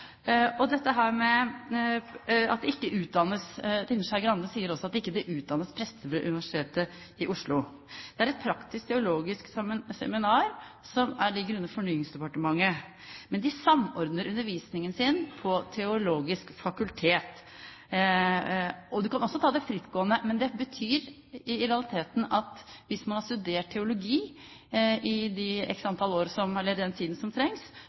Trine Skei Grande sier også at det ikke utdannes prester ved Universitet i Oslo. Det er et praktisk-teologisk seminar, som ligger under Fornyingsdepartementet, men de samordner undervisningen på Det teologiske fakultet. Du kan også ta det frittstående. Det betyr i realiteten at hvis man har studert teologi i den tiden som trengs, tar man det praktisk-teologiske seminaret på Universitetet i Oslo. Det skyldes jo den